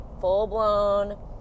full-blown